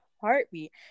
heartbeat